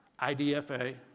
IDFA